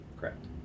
Correct